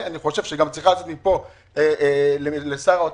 אני חושב שצריך לצאת מפה בקשה לשר האוצר,